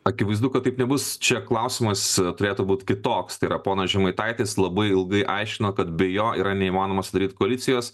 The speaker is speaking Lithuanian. akivaizdu kad taip nebus čia klausimas turėtų būt kitoks tai yra ponas žemaitaitis labai ilgai aiškino kad be jo yra neįmanoma sudaryti koalicijos